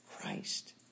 Christ